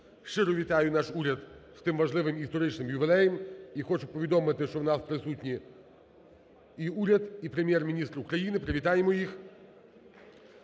Щиро вітаю наш уряд з тим важливим історичним ювілеєм. І хочу повідомити, що у нас присутні і уряд, і Прем'єр-міністр України. Привітаємо їх.